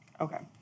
Okay